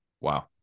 Wow